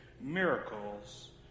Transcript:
miracles